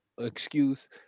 excuse